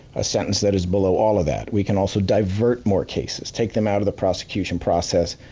a sentence that is below all of that. we can also divert more cases, take them out of the prosecution process,